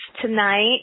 tonight